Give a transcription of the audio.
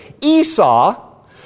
Esau